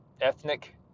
ethnic